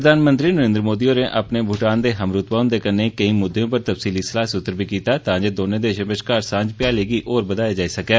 प्रधानमंत्री नरेन्द्र मोदी होरें अपने भूटान दे हमरुतवा ह्न्दे कन्नै केंई मुद्दें पर तफसीली सलाह सूत्र कीता तां जे दौनें देशे बश्कार सांझ भ्याली गी बदाया जाई सके